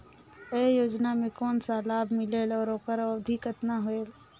ये योजना मे कोन ला लाभ मिलेल और ओकर अवधी कतना होएल